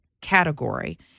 category